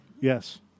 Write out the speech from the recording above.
Yes